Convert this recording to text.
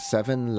Seven